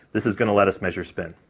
this is gonna let us measure spin.